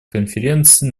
конференции